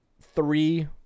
three